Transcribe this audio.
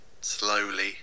slowly